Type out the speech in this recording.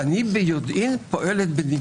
ואני ביודעין פועלת בניגוד.